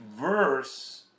verse